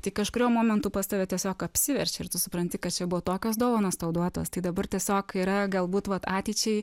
tai kažkuriuo momentu pas tave tiesiog apsiverčia ir tu supranti kad čia buvo tokios dovanos tau duotos tai dabar tiesiog yra galbūt vat ateičiai